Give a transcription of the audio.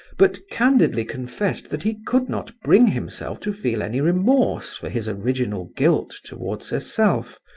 but candidly confessed that he could not bring himself to feel any remorse for his original guilt towards herself,